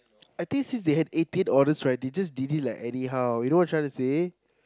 I think since they had eighteen orders right they just did it like anyhow you know what I'm trying to say